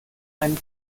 einen